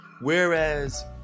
whereas